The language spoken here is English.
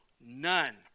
none